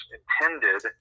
intended